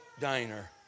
diner